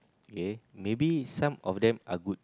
okay maybe some of them are good